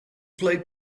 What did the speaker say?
played